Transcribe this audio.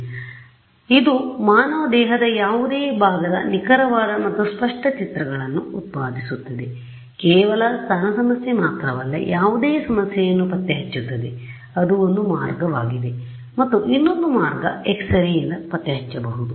ಆದ್ದರಿಂದ ಇದು ಮಾನವ ದೇಹದ ಯಾವುದೇ ಭಾಗದ ನಿಖರವಾದ ಮತ್ತು ಸ್ಪಷ್ಟ ಚಿತ್ರಗಳನ್ನು ಉತ್ಪಾದಿಸುತ್ತದೆ ಕೇವಲ ಸ್ತನ ಸಮಸ್ಯೆ ಮಾತ್ರವಲ್ಲ ಯಾವುದೇ ಸಮಸ್ಯೆಯನ್ನು ಪತ್ತೆ ಹಚ್ಚುತ್ತದೆ ಅದು ಒಂದು ಮಾರ್ಗವಾಗಿದೆ ಮತ್ತು ಇನ್ನೊಂದು ಮಾರ್ಗ ಎಕ್ಸ್ ರೇ ಯಿಂದ ಪತ್ತೆ ಹಚ್ಚಬಹುದು